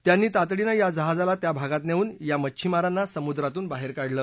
त्यांनी तातडीनं या जहाजाला त्या भागात नेऊन या मच्छिमारांना समुद्रातून बाहेर काढलं